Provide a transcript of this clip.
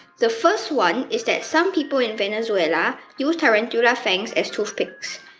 the first one is that some people in venezuela use tarantula fangs as toothpicks.